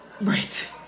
Right